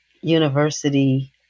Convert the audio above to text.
university